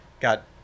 got